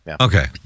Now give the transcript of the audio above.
Okay